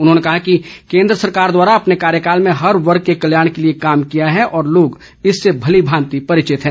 उन्होंने कहा कि केंद्र सरकार द्वारा अपने कार्यकाल में हर वर्ग के कल्याण के लिए कार्य किया है और लोग इससे भलीभांति परिचित हैं